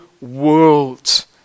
world